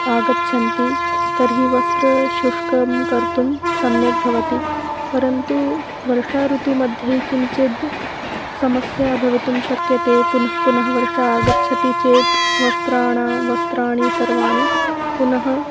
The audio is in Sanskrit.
आगच्छन्ति तर्हि वस्त्रं शुष्कं कर्तुं सम्यक् भवति परन्तु वर्षा ऋतुमध्ये किञ्चिद् समस्या भवितुं शक्यते पुनः पुनः वर्षा आगच्छति चेत् वस्त्राणां वस्त्राणि सर्वाणि पुनः